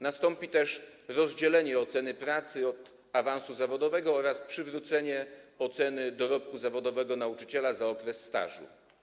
Nastąpi też rozdzielenie oceny pracy od awansu zawodowego oraz przywrócenie oceny dorobku zawodowego nauczyciela za okres stażu.